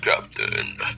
captain